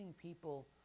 people